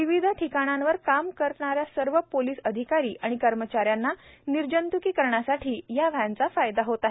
विविध ठिकाणावर कामावर असणाऱ्या सर्व पोलीस अधिकारी आणि कर्मचार्यांना निर्जंत्कीकरणासाठी या व्हव्वचा फायदा होत आहे